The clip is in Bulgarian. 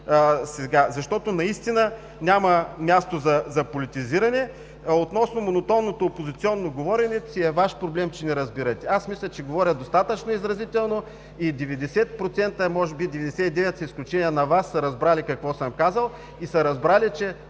сега. Наистина няма място за политизиране. Относно монотонното опозиционно говорене, си е Ваш проблем, че не разбирате. Мисля, че говоря достатъчно изразително и 90% може би 99%, с изключение на Вас, са разбрали какво съм казал и са разбрали, че